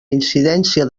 incidència